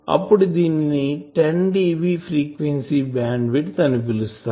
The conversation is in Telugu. అప్పుడు దీనిని10dB ఫ్రీక్వెన్సీ బ్యాండ్ విడ్త్ అని పిలుస్తాము